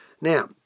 Now